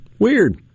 Weird